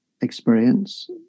experience